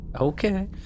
Okay